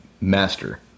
master